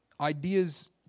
ideas